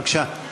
בבקשה.